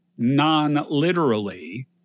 non-literally